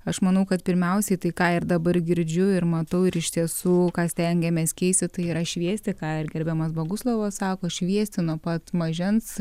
aš manau kad pirmiausiai tai ką ir dabar girdžiu ir matau ir iš tiesų ką stengiamės keisti tai yra šviesti ką ir gerbiamas boguslavas sako šviesti nuo pat mažens